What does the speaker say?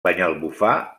banyalbufar